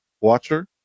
Watcher